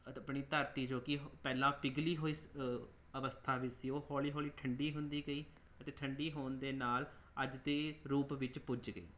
ਅਤ ਆਪਣੀ ਧਰਤੀ ਜੋ ਕਿ ਪਹਿਲਾਂ ਪਿਘਲੀ ਹੋਈ ਸ ਅਵਸਥਾ ਵਿੱਚ ਸੀ ਉਹ ਹੌਲ਼ੀ ਹੌਲ਼ੀ ਠੰਡੀ ਹੁੰਦੀ ਗਈ ਅਤੇ ਠੰਡੀ ਹੋਣ ਦੇ ਨਾਲ ਅੱਜ ਦੇ ਰੂਪ ਵਿੱਚ ਪੁੱਜ ਗਈ